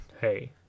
hey